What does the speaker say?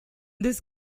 this